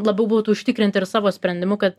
labiau būtų užtikrinti ir savo sprendimu ka